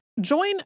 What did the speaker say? Join